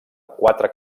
quatre